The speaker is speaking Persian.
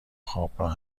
خوابگاه